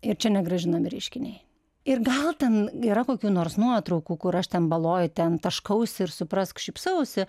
ir čia negrąžinami reiškiniai ir gal ten yra kokių nors nuotraukų kur aš ten baloj ten taškausi ir suprask šypsausi